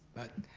but